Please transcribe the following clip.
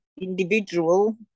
individual